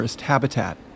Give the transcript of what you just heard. habitat